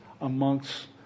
amongst